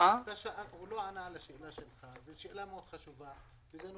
זו שאלה חשובה מאוד.